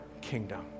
kingdom